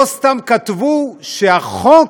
לא סתם כתבו שהחוק